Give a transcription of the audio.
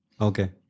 Okay